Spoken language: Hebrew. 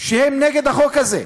שהם נגד החוק הזה.